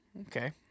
Okay